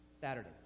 Saturday